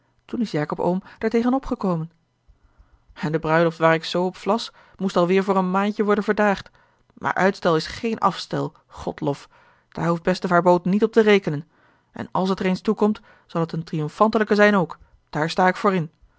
toen is jacob oom daartegen opgekomen en de bruiloft waar ik zoo op vlas moest alweêr voor een maandje worden verdaagd maar uitstel is geen afstel godlof daar hoeft beste vaêr boot niet op te rekenen en àls het er eens toekomt zal het eene triomfantelijke zijn ook daar sta ik voor in